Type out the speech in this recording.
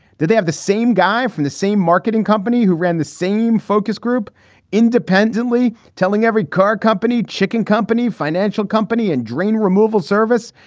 did they have the same guy from the same marketing company who ran the same focus group independently telling every car company, chicken company, financial company and drain removal service?